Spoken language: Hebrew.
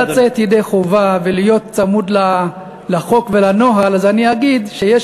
כדי לצאת ידי חובה ולהיות צמוד לחוק ולנוהל אני אגיד שיש